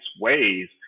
ways